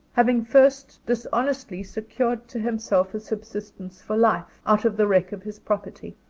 having first dishonestly secured to himself a subsistence for life, out of the wreck of his property.